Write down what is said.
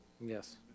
Yes